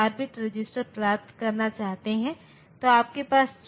एक और अन्य गेट जैसे NAND गेट कहते है जो AND गेट का उलटा है